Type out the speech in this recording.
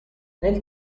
nel